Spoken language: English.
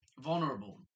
vulnerable